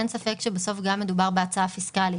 אין ספק שבסוף גם מדובר בהצעה פיסקלית,